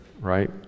right